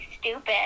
stupid